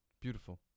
Beautiful